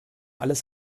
alles